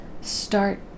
start